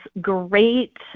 great